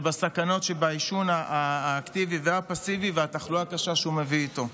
על הסכנות שבעישון האקטיבי והפסיבי והתחלואה הקשה שהוא מביא איתו.